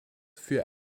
für